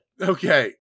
Okay